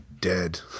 Dead